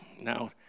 Now